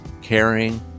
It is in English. caring